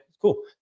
cool